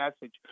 message